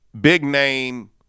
big-name